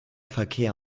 verkehr